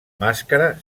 màscara